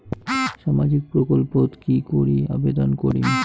সামাজিক প্রকল্পত কি করি আবেদন করিম?